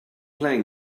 playing